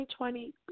2020